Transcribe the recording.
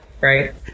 Right